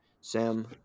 Sam